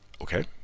Okay